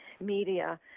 media